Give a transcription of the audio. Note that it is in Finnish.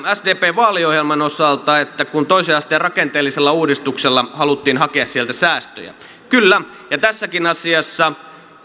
sdpn vaaliohjelman osalta siitä että toisen asteen rakenteellisella uudistuksella haluttiin hakea sieltä säästöjä kyllä ja tässäkin asiassa